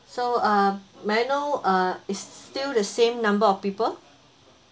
so uh may I know uh is still the same number of people